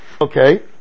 Okay